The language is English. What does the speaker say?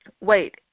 wait